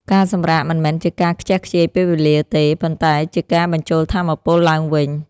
ការសម្រាកមិនមែនជាការខ្ជះខ្ជាយពេលវេលាទេ ប៉ុន្តែជាការបញ្ចូលថាមពលឡើងវិញ។